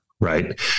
right